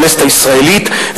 הכנסת הישראלית,